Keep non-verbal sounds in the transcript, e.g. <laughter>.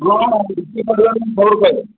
<unintelligible>